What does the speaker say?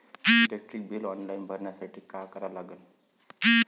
Electric bill online भरासाठी का करा लागन?